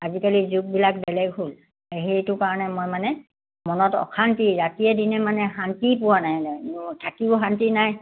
আজিকালি যুগবিলাক বেলেগ হ'ল সেইটোৰ কাৰণে মই মানে মনত অশান্তি ৰাতিয়েই দিনে মানে শান্তি পোৱা নাই নাই মোৰ থাকিও শান্তি নাই